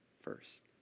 first